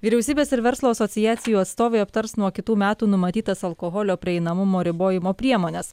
vyriausybės ir verslo asociacijų atstovai aptars nuo kitų metų numatytas alkoholio prieinamumo ribojimo priemones